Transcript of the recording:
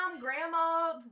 grandma